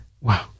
Wow